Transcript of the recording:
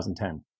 2010